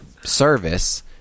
service